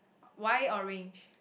why orange